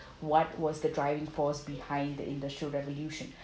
what was the driving force behind the industrial revolution